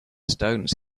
stones